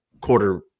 quarter